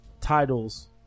titles